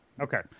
Okay